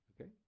Okay